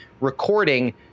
recording